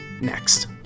Next